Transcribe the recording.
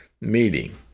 meeting